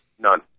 None